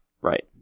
Right